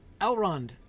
Elrond